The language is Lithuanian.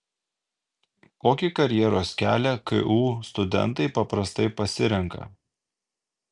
kokį karjeros kelią ku studentai paprastai pasirenka